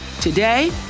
Today